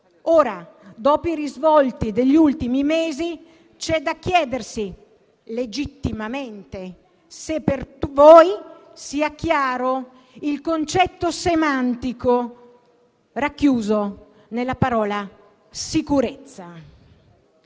Dopo i risvolti degli ultimi mesi, c'è da chiedersi - legittimamente - se per voi sia chiaro il concetto semantico racchiuso nella parola «sicurezza».